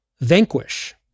vanquish